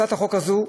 הצעת החוק הזאת,